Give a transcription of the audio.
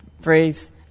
phrase